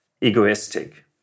egoistic